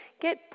get